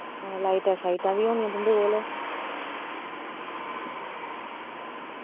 हां लाइटां शाइटां बी होनियां तुंदे कोल